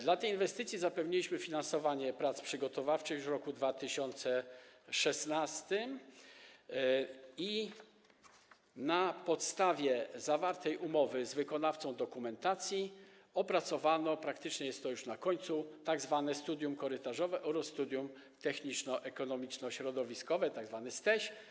Dla tej inwestycji zapewniliśmy finansowanie prac przygotowawczych już w roku 2016 i na podstawie zawartej umowy z wykonawcą dokumentacji opracowano, praktycznie jest to już na zakończeniu, tzw. studium korytarzowe oraz studium techniczno-ekonomiczno-środowiskowe, tzw. STEŚ.